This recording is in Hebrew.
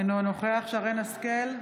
אינו נוכח שרן מרים השכל,